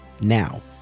Now